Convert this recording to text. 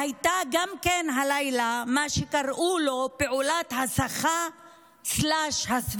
שהלילה הייתה גם כן מה שקראו לזה פעולת הסחה או הסוואה,